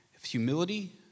humility